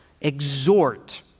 exhort